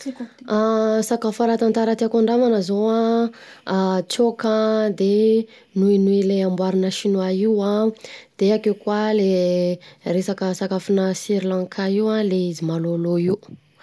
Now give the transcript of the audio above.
Sakafo ara-tantara tiako andramana zao an, tsock an, de nouille nouille le amboarina sinoa io an, de akeo koa le resaka sakafona srlanka io an, le izy malaomalao io.